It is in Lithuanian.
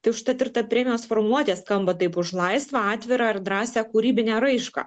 tai užtat ir ta premijos formuluotė skamba taip už laisvą atvirą ir drąsią kūrybinę raišką